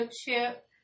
chip